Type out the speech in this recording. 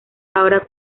ahora